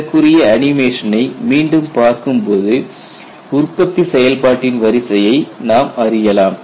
இதற்குரிய அனிமேஷனை மீண்டும் பார்க்கும்போது உற்பத்தி செயல்பாட்டின் வரிசையை நாம் அறியலாம்